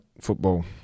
football